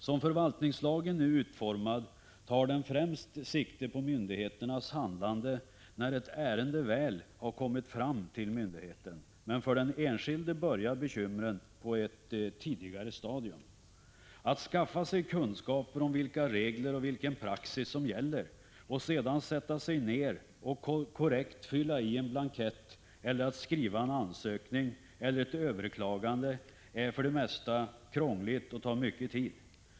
Som förvaltningslagen nu är utformad tar den främst sikte på myndigheternas handlande när ett ärende väl har kommit fram till myndigheten, men för den enskilde börjar bekymren på ett tidigare stadium. Att skaffa sig kunskaper om vilka regler och vilken praxis som gäller och sedan sätta sig ned och korrekt fylla i en blankett, att skriva en ansökning eller ett överklagande är för det mesta krångligt och tar mycket tid.